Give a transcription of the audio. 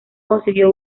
consiguió